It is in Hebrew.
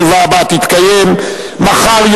הישיבה הבאה תתקיים מחר,